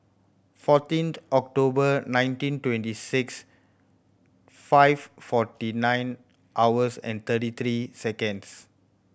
fourteenth October nineteen twenty six five forty nine hours and thirty three seconds